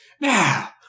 Now